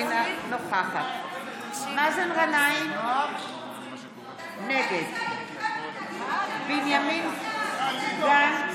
אינה נוכחת מאזן גנאים, נגד בנימין גנץ,